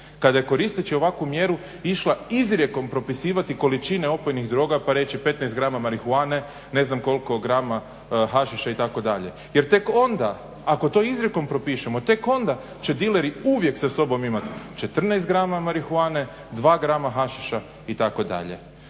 kada je koristeći ovakvu mjeru išla izrijekom propisivati količine opojnih droga pa reći 15 grama marihuane ne znam koliko grama hašiša itd. Jer tek onda ako to izrijekom propišemo, tek onda će dileri uvijek sa sobom imati 14 grama marihuane, 2 grama hašiša itd.